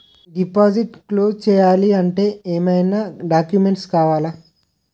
Deposit close చేయాలి అంటే ఏమైనా డాక్యుమెంట్స్ కావాలా?